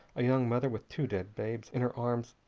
a young mother, with two dead babes in her arms,